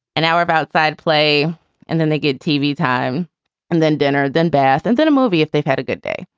an hour outside play and then they get tv time and then dinner, then bath and then a movie if they've had a good day.